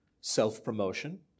self-promotion